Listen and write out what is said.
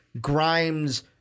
Grimes